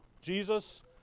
Jesus